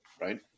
right